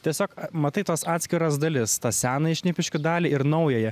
tiesiog matai tos atskiras dalis tą senąją šnipiškių dalį ir naująją